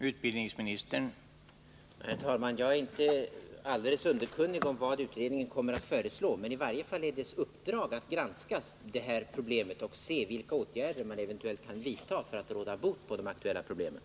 Herr talman! Jag är inte alldeles underkunnig om vad utredningen kommer att föreslå, men dess uppdrag är i varje fall att granska dessa problem och se efter vilka åtgärder man eventuellt kan vidta för att råda bot på de aktuella tendenserna.